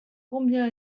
combien